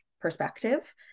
perspective